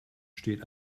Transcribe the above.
steht